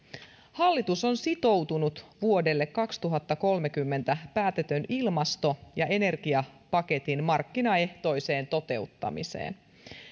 hallitus on sitoutunut vuodelle kaksituhattakolmekymmentä päätetyn ilmasto ja energiapaketin markkinaehtoiseen toteuttamiseen